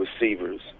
receivers